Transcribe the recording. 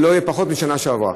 ולא יהיה פחות מבשנה שעברה.